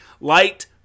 Light